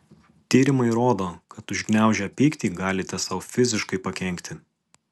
tyrimai rodo kad užgniaužę pyktį galite sau fiziškai pakenkti